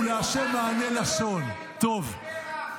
"לְאדם מהלכי לב ולה' מענה לשון." תלמד אתה ליבה,